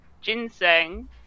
ginseng